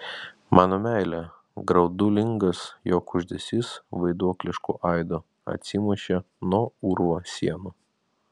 mano meile graudulingas jo kuždesys vaiduoklišku aidu atsimušė nuo urvo sienų